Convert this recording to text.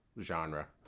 genre